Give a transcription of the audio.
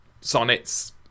sonnets